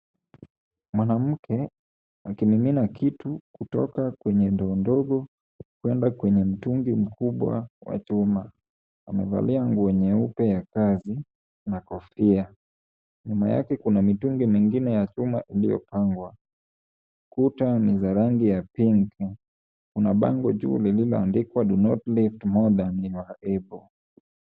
Mwanamkwe akimimina kitu kutoka kwenye ndoo ndogo kuenda kwenye mtungi mkubwa wa chuma. Amevalia nguo nyeupe ya kazi na kofia. Nyuma yake kuna mitungi mingine ya chuma iliyopangwa. Kuta ni za rangi ya pink . Kuna bango juu lililoandikwa do not lift more than you are able .